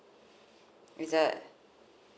it's a